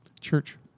Church